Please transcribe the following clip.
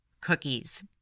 cookies